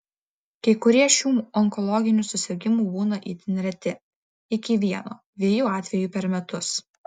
kai kurie šių onkologinių susirgimų būna itin reti iki vieno dviejų atvejų per metus